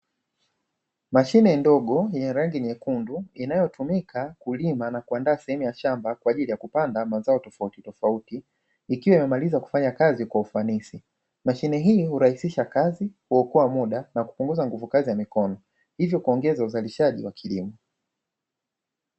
Mashine ndogo yenye rangi nyekundu, inayotumika kulima na kuandaa sehemu ya shamba kwa ajili ya kupanda mazao tofautitofauti, ikiwa imemaliza kufanya kazi kwa ufanisi. Mashine hii hurahisisha kazi, huokoa muda na kupunguza nguvu kazi ya mikono, hivyo kuongeza uzalishaji wa kilimo.